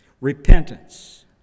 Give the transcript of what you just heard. Repentance